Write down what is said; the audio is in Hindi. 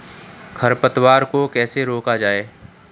खरपतवार को कैसे रोका जाए?